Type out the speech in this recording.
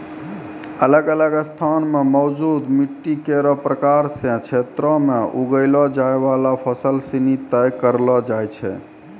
अलग अलग स्थान म मौजूद मिट्टी केरो प्रकार सें क्षेत्रो में उगैलो जाय वाला फसल सिनी तय करलो जाय छै